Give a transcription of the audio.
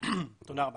תודה רבה.